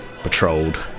patrolled